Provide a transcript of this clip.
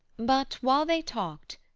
but while they talked,